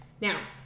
Now